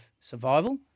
survival